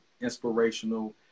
inspirational